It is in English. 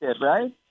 Right